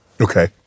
Okay